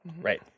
Right